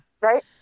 right